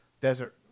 desert